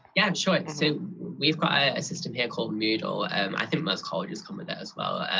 yeah sure, so we've got a system here called moodle, and i think most colleges come with that as well.